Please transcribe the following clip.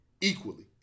equally